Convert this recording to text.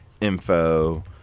info